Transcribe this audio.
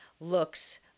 looks